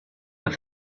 have